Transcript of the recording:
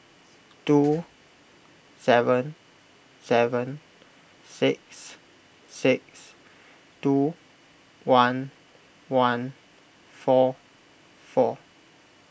two seven seven six six two one one four four